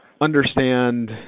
understand